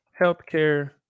healthcare